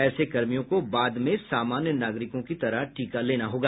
ऐसे कर्मियों को बाद में सामान्य नागरिकों की तरह टीका लेना होगा